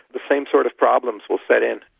the same sort of problems will set in.